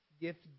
gift